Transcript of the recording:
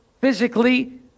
physically